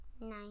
Nine